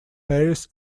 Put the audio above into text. paris